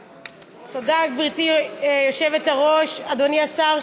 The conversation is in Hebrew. תודה, גברתי היושבת-ראש, אדוני השר,